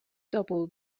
double